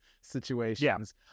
situations